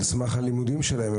על סמך הלימודים שלהם.